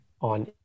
on